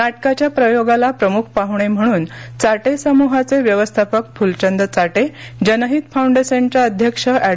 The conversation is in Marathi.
नाटकाच्या प्रयोगाला प्रमुख पाहणे म्हणून चाटे समुहाचे व्यवस्थापक फुलचंद चाटे जनहित फाऊंडेशनचे अध्यक्ष अॅड